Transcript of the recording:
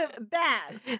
bad